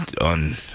on